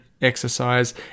exercise